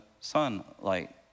sunlight